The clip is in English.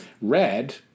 red